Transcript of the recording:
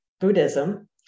Buddhism